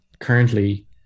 currently